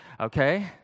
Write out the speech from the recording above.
okay